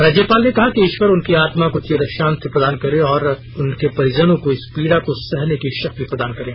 राज्यपाल ने कहा कि ईश्वर उनकी आत्मा को चिरशांति प्रदान करें और उनके परिजनों को इस पीड़ा को सहने की शक्ति प्रदान करें